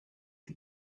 die